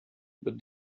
but